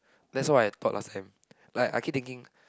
that's what I thought last time like I keep thinking